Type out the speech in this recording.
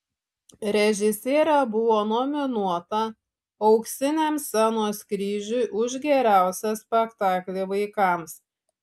režisierė buvo nominuota auksiniam scenos kryžiui už geriausią spektaklį vaikams